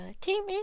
Team